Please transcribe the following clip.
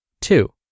Two